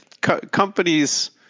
companies